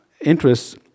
interests